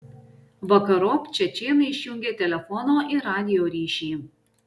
vakarop čečėnai išjungė telefono ir radijo ryšį